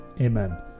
Amen